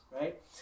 right